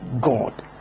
God